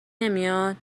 نمیاد